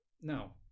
now